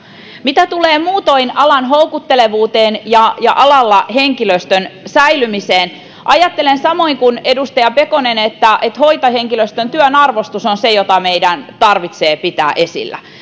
mitä tulee muutoin alan houkuttelevuuteen ja ja henkilöstön säilymiseen ajattelen samoin kuin edustaja pekonen että että hoitohenkilöstön työn arvostus on se jota meidän tarvitsee pitää esillä